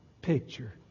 picture